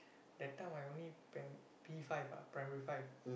that time I only prim~ P-five ah primary five